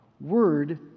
word